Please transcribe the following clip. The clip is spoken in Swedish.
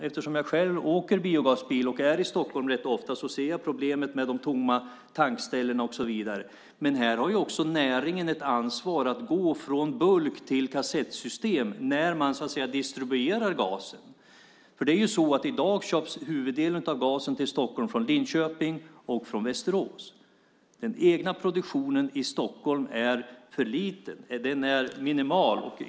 Eftersom jag själv åker i biogasbil och är i Stockholm rätt ofta ser jag problemet med de tomma tankställena. Men här har också näringen ett ansvar att gå från bulk till kassettsystem när man distribuerad gasen. I dag köps huvuddelen av gasen till Stockholm från Linköping och Västerås. Den egna produktionen i Stockholm är för liten. Den är minimal.